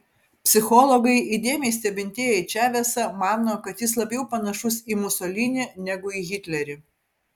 psichologai įdėmiai stebintieji čavesą mano kad jis labiau panašus į musolinį negu į hitlerį